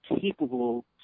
capable